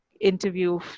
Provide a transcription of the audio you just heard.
interview